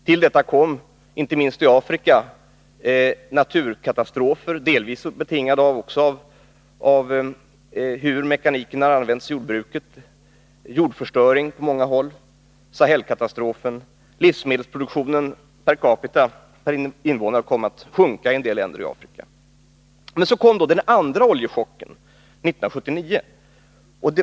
Till detta kom, inte minst i Afrika, naturkatastrofer, delvis betingade av hur mekaniken har använts i jordbruket, jordförstöring på många håll, Sahelkatastrofen. Livsmedelsproduktionen per invånare kom att sjunka i en del länder i Afrika. Så kom den andra oljechocken 1979.